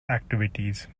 activities